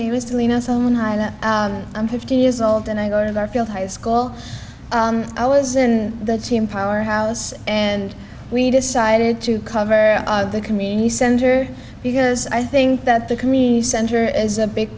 doing i'm fifty years old and i go to their field high school i was in the team powerhouse and we decided to cover the community center because i think that the community center is a big